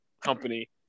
company